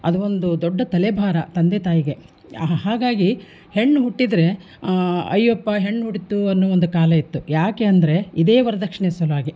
ಅದು ಒಂದು ದೊಡ್ಡ ತಲೆ ಭಾರ ತಂದೆ ತಾಯಿಗೆ ಹಾಗಾಗಿ ಹೆಣ್ಣು ಹುಟ್ಟಿದರೆ ಅಯ್ಯಪ್ಪ ಹೆಣ್ಣು ಹುಟ್ಟಿತು ಅನ್ನೋ ಒಂದು ಕಾಲ ಇತ್ತು ಯಾಕೆ ಅಂದರೆ ಇದೆ ವರದಕ್ಷ್ಣೆ ಸಲುವಾಗಿ